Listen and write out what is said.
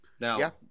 now